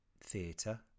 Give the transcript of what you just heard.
theatre